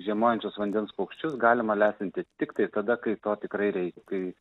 žiemojančius vandens paukščius galima lesinti tiktai tada kai to tikrai reikia kai